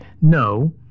No